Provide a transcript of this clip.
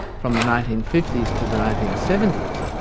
from the nineteen fifty s to the nineteen seventy s,